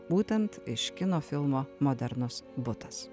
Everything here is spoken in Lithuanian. būtent iš kino filmo modernus butas